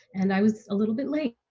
and i was a little bit late,